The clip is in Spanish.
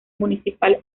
municipal